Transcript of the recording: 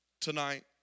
tonight